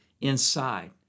inside